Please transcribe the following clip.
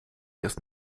erst